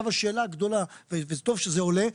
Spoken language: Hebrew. השאלה הגדולה וטוב שהיא עולה כאן,